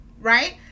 right